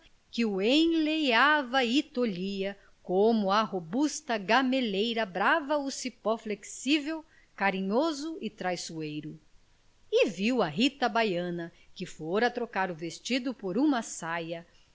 que o enleava e tolhia como à robusta gameleira brava o cipó flexível carinhoso e traiçoeiro e viu a rita baiana que fora trocar o vestido por uma saia